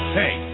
hey